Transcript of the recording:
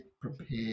prepared